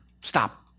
Stop